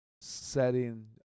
setting